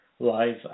Live